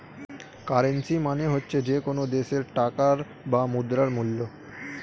currency মানে হচ্ছে যে কোনো দেশের টাকার বা মুদ্রার মূল্য